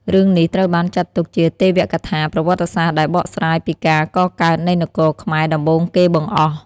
រឿងនេះត្រូវបានចាត់ទុកជាទេវកថាប្រវត្តិសាស្ត្រដែលបកស្រាយពីការកកើតនៃនគរខ្មែរដំបូងគេបង្អស់។